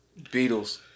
Beatles